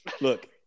Look